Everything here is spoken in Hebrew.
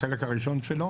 החלק הראשון שלו